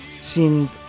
seemed